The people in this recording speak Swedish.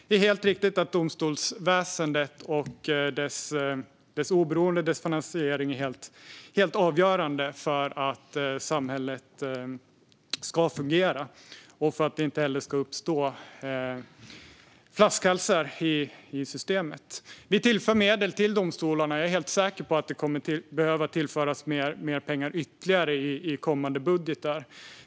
Det är helt riktigt att domstolsväsendets oberoende och finansiering är helt avgörande för att samhället ska fungera och för att det inte heller ska uppstå flaskhalsar i systemet. Vi tillför medel till domstolarna. Jag är helt säker att det kommer att behöva tillföras ytterligare pengar i kommande budgetar.